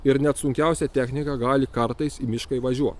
ir net sunkiausia technika gali kartais į mišką įvažiuot